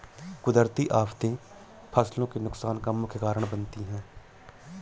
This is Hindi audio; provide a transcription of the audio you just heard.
कुदरती आफतें फसलों के नुकसान का मुख्य कारण बनती है